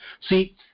See